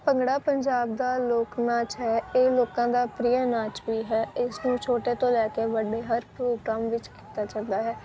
ਭੰਗੜਾ ਪੰਜਾਬ ਦਾ ਲੋਕ ਨਾਚ ਹੈ ਇਹ ਲੋਕਾਂ ਦਾ ਪ੍ਰਿਆ ਨਾਚ ਵੀ ਹੈ ਇਸ ਨੂੰ ਛੋਟੇ ਤੋਂ ਲੈ ਕੇ ਵੱਡੇ ਹਰ ਪ੍ਰੋਗਰਾਮ ਵਿੱਚ ਕੀਤਾ ਜਾਂਦਾ ਹੈ